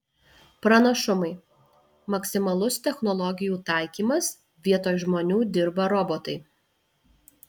pranašumai maksimalus technologijų taikymas vietoj žmonių dirba robotai